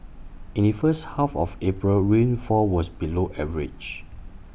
in the first half of April rainfall was below average